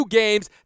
games